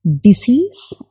disease